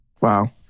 Wow